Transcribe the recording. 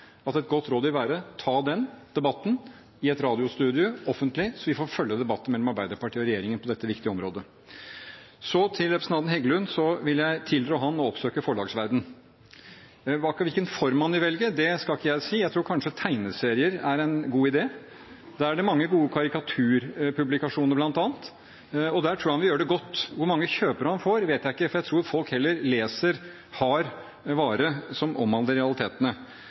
at et godt råd vil være å ta den debatten i et radiostudio, offentlig, så vi får følge debatten mellom Arbeiderpartiet og regjeringen på dette viktige området. Representanten Heggelund vil jeg tilrå å oppsøke forlagsverdenen. Hvilken form han vil velge, skal ikke jeg si – jeg tror kanskje tegneserier er en god idé. Der er det bl.a. mange gode karikaturpublikasjoner, og der tror jeg han vil gjøre det godt. Hvor mange kjøpere han får, vet jeg ikke, for jeg tror folk heller leser hard vare som omhandler realitetene. Skattepolitikk står i